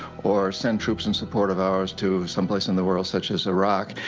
or send troops in support of ours to some place in the world such as iraq.